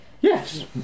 yes